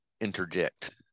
interject